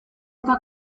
eta